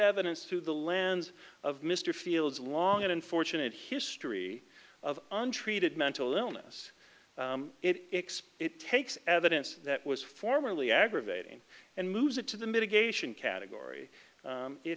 evidence to the lands of mr fields long unfortunate history of untreated mental illness it it takes evidence that was formerly aggravating and moves it to the mitigation category